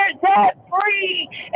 debt-free